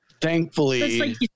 Thankfully